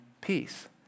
peace